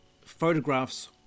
photographs